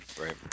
right